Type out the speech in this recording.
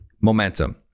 momentum